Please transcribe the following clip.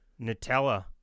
Nutella